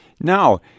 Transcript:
Now